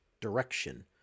direction